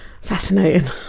Fascinating